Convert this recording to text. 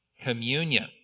communion